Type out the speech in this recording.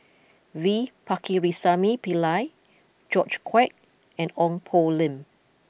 V Pakirisamy Pillai George Quek and Ong Poh Lim